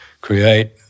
Create